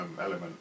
Element